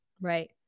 right